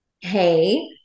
hey